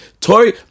Tori